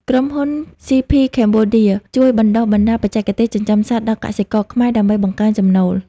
ក្រុមហ៊ុន ស៊ី ភី ខេមបូឌា (CP Cambodia) ជួយបណ្ដុះបណ្ដាលបច្ចេកទេសចិញ្ចឹមសត្វដល់កសិករខ្មែរដើម្បីបង្កើនចំណូល។